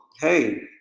Hey